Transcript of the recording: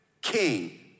king